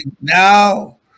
now